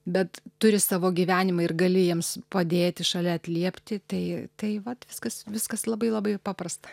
bet turi savo gyvenimą ir gali jiems padėti šalia atliepti tai tai vat viskas viskas labai labai paprasta